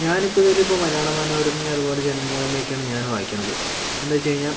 ഞാനിപ്പോൾ ഇതിൽ ഇപ്പോൾ മലയാള മനോരമയും അതുപോലെ ജന്മഭൂമിയും ഒക്കെയാണ് ഞാനും വായിക്കുന്നത് എന്താ വച്ചു കഴിഞ്ഞാൽ